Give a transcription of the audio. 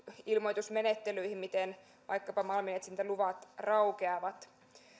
ilmoitusmenettelyihin miten vaikkapa malminetsintäluvat raukeavat